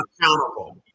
accountable